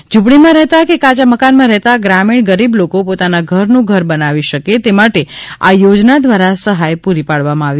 ઝ્રંપડીમાં રહેતા કે કાયા મકાનમાં રહેતા ગ્રામીણ ગરીબ લોકો પોતાનું ઘરનું ઘર બનાવી શકે તે માટે આ યોજના દ્વારા સહાય પૂરી પાડવામાં આવી